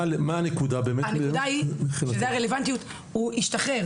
הנקודה היא, הוא השתחרר